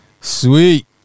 Sweet